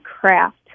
craft